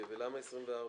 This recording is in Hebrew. בקריאה הראשונה.